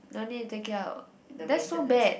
don't need to take it out that's so bad